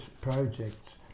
projects